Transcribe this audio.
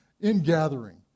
ingathering